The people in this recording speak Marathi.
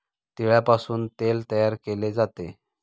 तिळापासून तेल तयार केले जाते